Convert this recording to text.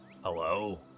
Hello